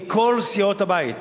מכל סיעות הבית,